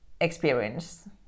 experience